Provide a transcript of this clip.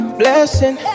blessing